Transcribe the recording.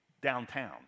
downtown